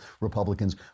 Republicans